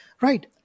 Right